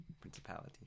Principality